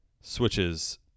switches